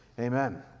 Amen